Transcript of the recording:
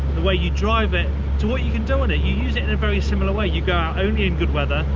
the way you drive it too, what you can do in it, you use it in a very similar way, you go out only in good weather,